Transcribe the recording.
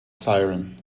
siren